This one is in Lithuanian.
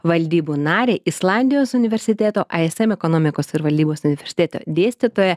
valdybų narę islandijos universiteto ism ekonomikos ir valdybos universitete dėstytoja